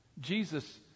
Jesus